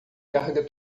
carga